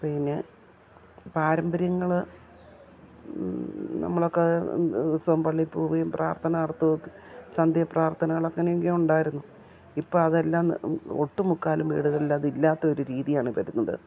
പിന്നെ പാരമ്പര്യങ്ങൾ നമ്മളൊക്കെ ദിവസവും പള്ളിയിൽ പോകുകയും പ്രാർത്ഥന നടത്തുകയൊക്കെ സന്ധ്യ പ്രാർത്ഥനകളൊക്കങ്ങനെ ഉണ്ടായിരുന്നു ഇപ്പം അതെല്ലാം ഒട്ടു മുക്കാലും വീടുകളിലതില്ലാത്തൊരു രീതിയാണ് വരുന്നത്